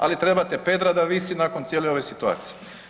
Ali trebate Pedra da visi nakon cijele ove situacije.